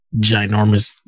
ginormous